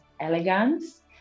elegance